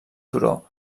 turó